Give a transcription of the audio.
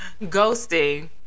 Ghosting